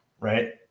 Right